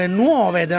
nuove